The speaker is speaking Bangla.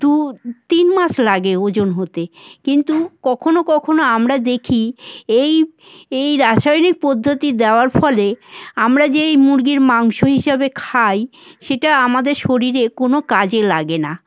দু তিন মাস লাগে ওজন হতে কিন্তু কখনও কখনও আমরা দেখি এই এই রাসায়নিক পদ্ধতি দেওয়ার ফলে আমরা যেই মুরগির মাংস হিসাবে খাই সেটা আমাদের শরীরে কোনো কাজে লাগে না